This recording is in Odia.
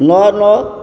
ନଅ ନଅ